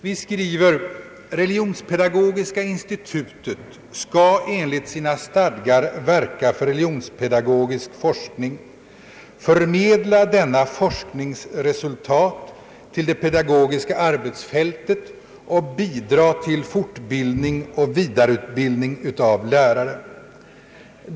Vi skriver: »RPI skall enligt sina stadgar verka för religionspedagogisk forskning, förmedla denna forsknings resultat till det pedagogiska arbetsfältet och bidraga till fortbildning och vidareutbildning av lärare.